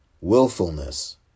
willfulness